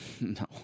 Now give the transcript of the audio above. No